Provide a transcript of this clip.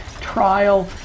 trial